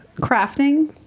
Crafting